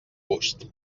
gust